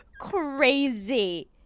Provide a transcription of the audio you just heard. Crazy